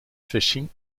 fishing